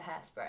Hairspray